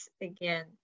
again